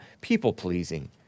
people-pleasing